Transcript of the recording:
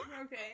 Okay